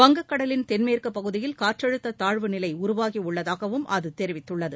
வங்கக் கடலின் தென்மேற்கு பகுதியில் காற்றழுத்த தாழ்வு நிலை உருவாகியுள்ளதாகவும் அது தெரிவித்துள்ளது